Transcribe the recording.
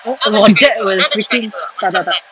tak tak tak